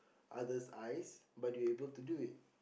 others eyes but you are able to do it